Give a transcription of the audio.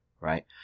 right